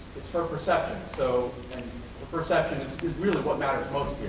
it's her perception so and ah perception is really what matters most.